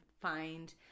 find